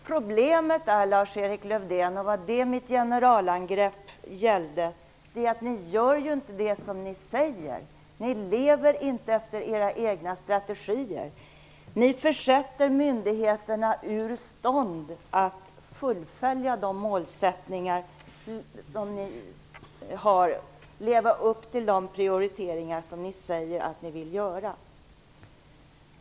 Problemet är, Lars-Erik Lövdén, och det var det som mitt generalangrepp gällde, att ni inte gör det som ni säger. Ni lever inte efter era egna strategier. Ni försätter myndigheterna ur stånd att fullfölja de målsättningar som ni har och att leva upp till de prioriteringar som ni säger att ni vill göra.